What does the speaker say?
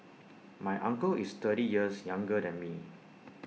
my uncle is thirty years younger than me